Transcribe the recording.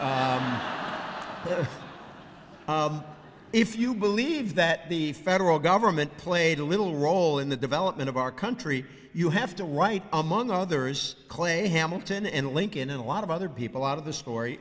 stock if you believe that the federal government played a little role in the development of our country you have to write among others clay hamilton and lincoln a lot of other people out of the story